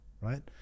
right